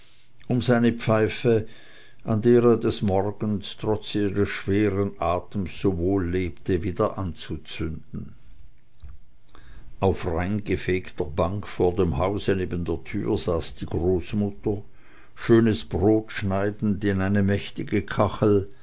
um seine pfeife an der er des morgens trotz ihres schweren atems so wohllebte wieder anzuzünden auf rein gefegter bank vor dem hause neben der türe saß die großmutter schönes brot schneidend in eine mächtige kachel